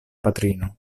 patrino